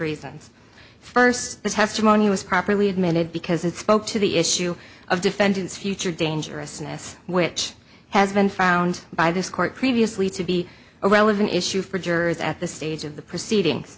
reasons first the testimony was properly admitted because it spoke to the issue of defendant's future dangerousness which has been found by this court previously to be a relevant issue for jurors at this stage of the proceedings